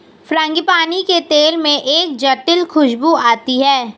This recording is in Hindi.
फ्रांगीपानी के तेल में एक जटिल खूशबू आती है